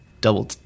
double